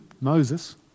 Moses